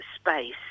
space